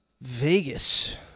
Vegas